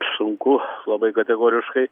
sunku labai kategoriškai